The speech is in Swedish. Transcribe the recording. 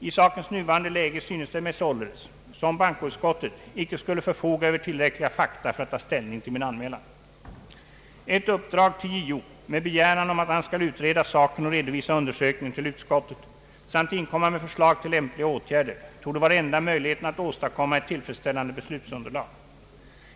I sakens nuvarande läge synes det mig således, som Bankoutskottet icke skulle förfoga över tillräckliga fakta för att ta ställning till min anmälan. Ett uppdrag till JO med begäran om att han skall utreda saken och redovisa undersökningen till utskottet samt inkomma med förslag till lämpliga åtgärder torde vara enda möjligheten att åstadkomma ett tillfredsställande beslutsunderlag.